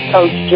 Coach